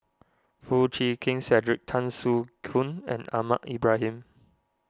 Foo Chee Keng Cedric Tan Soo Khoon and Ahmad Ibrahim